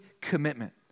commitment